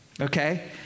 Okay